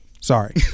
Sorry